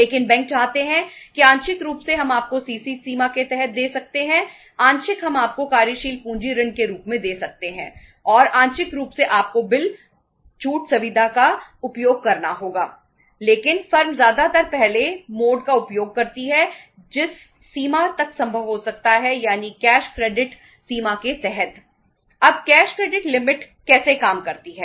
लेकिन बैंक चाहते हैं कि आंशिक रूप से हम आपको सीसी कैसे काम करती है